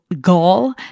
gall